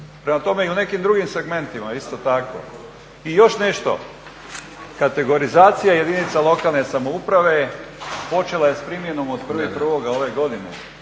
Prema tome i u nekim drugim segmentima isto tako. I još nešto, kategorizacija jedinica lokalne samouprave počela je s primjenom od 01.01. ove godine,